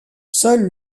seul